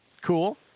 Cool